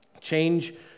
Change